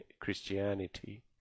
Christianity